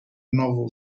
novel